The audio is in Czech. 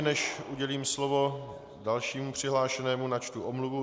Než udělím slovo dalšímu přihlášenému, načtu omluvu.